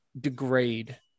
degrade